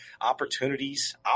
opportunities